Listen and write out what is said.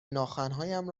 ناخنهایم